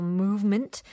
movement